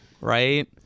right